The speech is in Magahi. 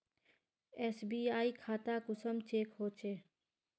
एस.बी.आई खाता कुंसम चेक होचे?